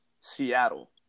Seattle